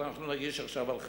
אז אנחנו נגיש עכשיו על חרדים,